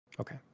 Okay